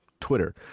Twitter